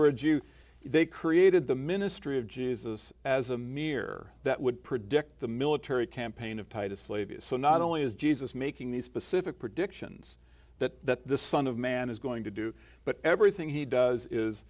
word you they created the ministry of jesus as a mere that would predict the military campaign of titus flavius so not only is jesus making these specific predictions that the son of man is going to do but everything he does is